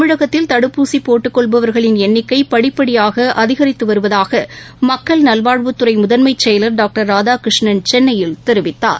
தமிழகத்தில் தடுப்பூசிபோட்டுக்கொள்பவர்களின் எண்ணிக்கைபடிப்படியாகஅதிகரித்துவருவதாகமக்கள் நல்வாழ்வுத்துறைமுதன்மைச்செயலர் டாக்டர் ராதாகிருஷ்ணன் சென்னையில் தெரிவித்தார்